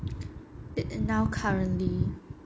now currently